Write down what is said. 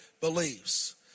beliefs